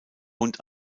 und